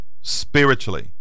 spiritually